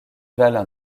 valent